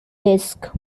disk